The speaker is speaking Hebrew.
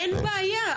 אין בעיה.